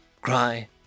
cry